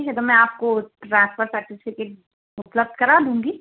ठीक है तो मैं आपको ट्रांसफर सर्टिफिकेट उपलब्ध करा दूँगी